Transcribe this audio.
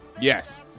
Yes